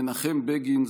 מנחם בגין,